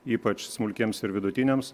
ypač smulkiems ir vidutiniams